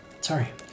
Sorry